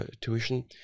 tuition